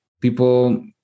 people